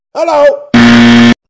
Hello